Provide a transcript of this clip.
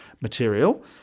material